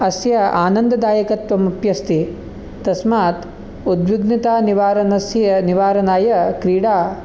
अस्य आनन्ददायकत्वमपि अस्ति तस्मात् उद्विग्नतानिवारनस्य निवारनाय क्रीडा